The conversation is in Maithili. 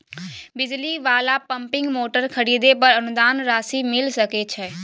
बिजली वाला पम्पिंग मोटर खरीदे पर अनुदान राशि मिल सके छैय?